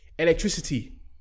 Electricity